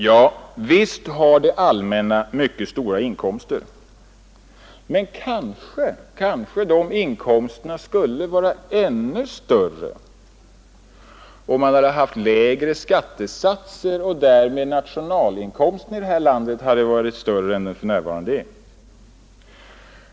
Ja, visst har det allmänna mycket stora inkomster, men kanske dessa skulle vara ännu större om man hade haft lägre skattesatser och därmed nationalinkomsten i landet varit större än den för närvarande är.